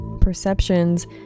perceptions